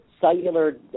cellular